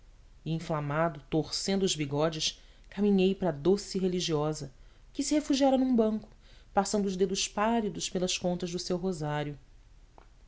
inflamado torcendo os bigodes caminhei para a doce religiosa que se refugiara num banco passando os dedos pálidos pelas contas do seu rosário